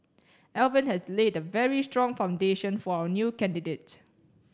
Alvin has laid a very strong foundation for our new candidates